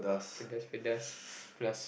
pedas pedas plus